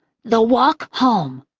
the walk home